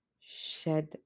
shed